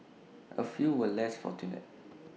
A few were less fortunate